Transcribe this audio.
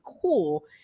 cool